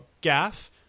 Gaff